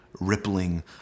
rippling